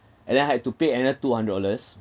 and then I had to pay another two hundred dollars